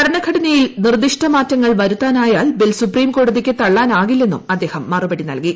ഭരണഘടനയിൽ നി ർദ്ദിഷ്ട മാറ്റങ്ങൾ വരുത്താനായാൽ ബിൽ സുപ്രീംകോടതിക്ക് ത ള്ളാനാകില്ലെന്നും അദ്ദേഹം മറുപടി നൽകി